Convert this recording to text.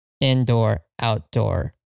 indoor-outdoor